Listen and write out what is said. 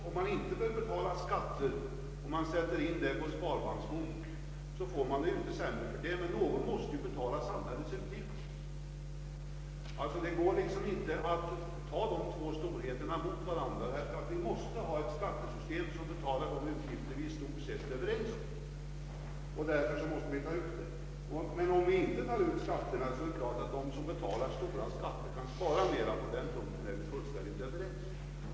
Om man inte behöver betala skatter och man sätter in pengarna på en sparbanksbok, så får man det inte sämre för det, men någon måste ju betala samhällets utgifter. Det går liksom inte att sätta de här två storheterna mot varandra, ty vi måste ha ett skattesystem som betalar de utgifter vi i stort sett är överens om. Men om vi inte tar ut några skatter, så är det klart att de som nu betalar stora skatter kan spara mera. Därom är vi fullständigt överens.